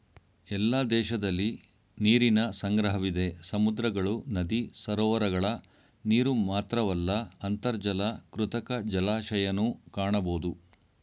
ಎಲ್ಲ ದೇಶದಲಿ ನೀರಿನ ಸಂಗ್ರಹವಿದೆ ಸಮುದ್ರಗಳು ನದಿ ಸರೋವರಗಳ ನೀರುಮಾತ್ರವಲ್ಲ ಅಂತರ್ಜಲ ಕೃತಕ ಜಲಾಶಯನೂ ಕಾಣಬೋದು